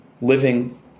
living